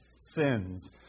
sins